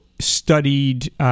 studied